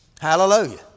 Hallelujah